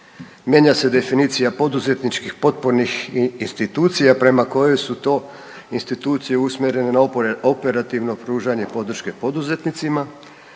mijenja se definicija poduzetničkih, potpornih i institucija prema kojoj su to institucije usmjere na operativno pružanje podrške poduzetnicima,